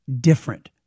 different